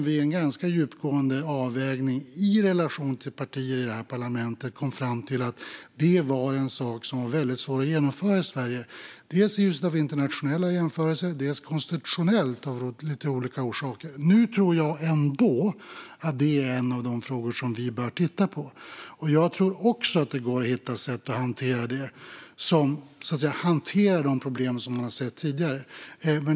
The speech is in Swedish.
I en ganska djup avvägning i relation till partier i parlamentet kom den fram till att det var en sak som var väldigt svår att genomföra i Sverige, dels i ljuset av internationella jämförelser, dels konstitutionellt av lite olika orsaker. Nu tror jag ändå att det är en av de frågor som vi bör titta på. Jag tror också att det går att hitta sätt att hantera de problem som man har sett tidigare.